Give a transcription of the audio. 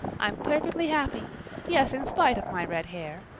i'm perfectly happy yes, in spite of my red hair.